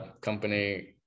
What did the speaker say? company